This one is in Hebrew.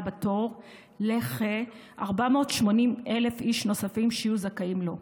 בתור לכ-480,000 איש נוספים שיהיו זכאים לו,